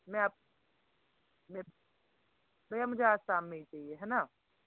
मैं आप भै भेया मुझे आज शाम में ही चाहिए है ना